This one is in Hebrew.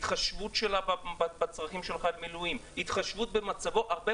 התחשבות שלה בצרכים של חייל המילואים הרבה פעמים